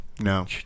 No